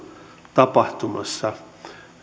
tapahtumassa